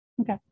Okay